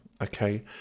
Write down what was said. okay